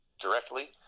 directly